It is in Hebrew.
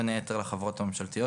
בין היתר לחברות הממשלתיות,